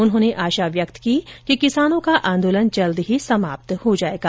उन्होंने आशा व्यक्त की है कि किसानों का आंदोलन जल्द ही समाप्त हो जाएगा